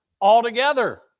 altogether